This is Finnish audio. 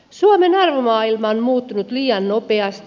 suomen arvomaailma on muuttunut liian nopeasti